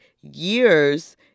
years